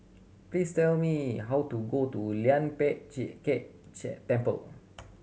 please tell me how to go to Lian Pek Chee Kek Chee Temple